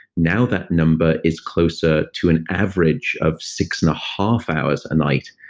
now that number is closer to an average of six-and-a-half hours a night.